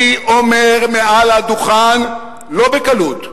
אני אומר מעל הדוכן, לא בקלות,